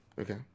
Okay